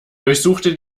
durchsuchte